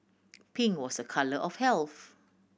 pink was a colour of health